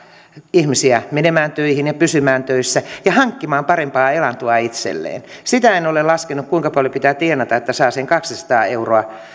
ihmisiä menemään töihin ja pysymään töissä ja hankkimaan parempaa elantoa itselleen sitä en ole laskenut kuinka paljon pitää tienata että saa sen kaksisataa euroa